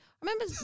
remember